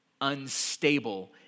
unstable